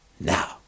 Now